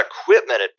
equipment